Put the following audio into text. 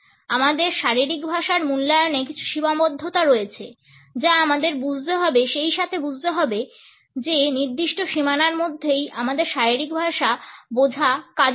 আমাদের শারীরিক ভাষার মূল্যায়নে কিছু সীমাবদ্ধতা রয়েছে যা আমাদের বুঝতে হবে সেইসাথে বুঝতে হবে যে নির্দিষ্ট সীমানার মধ্যেই আমাদের শারীরিক ভাষা বোঝা কাজে দেয়